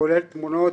כולל תמונות